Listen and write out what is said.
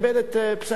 לקבל את פסק-הדין.